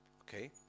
Okay